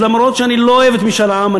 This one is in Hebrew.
אף שאני לא אוהב את משאל העם,